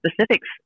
specifics